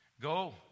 Go